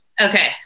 Okay